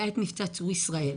היה את מבצע "צור ישראל".